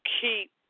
keep